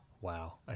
Wow